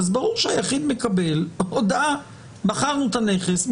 ברור שהיחיד מקבל הודעה האומרת מכרנו את הנכס,